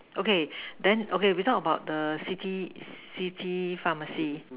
okay then okay we talk about the city city pharmacy